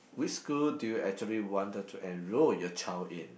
which school do you actually wanted to enroll your child in